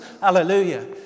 hallelujah